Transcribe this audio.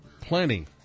plenty